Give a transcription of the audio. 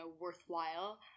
worthwhile